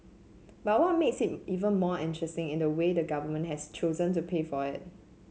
but what makes it even more interesting is the way the government has chosen to pay for it